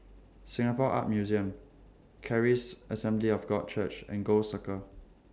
Singapore Art Museum Charis Assembly of God Church and Gul Circle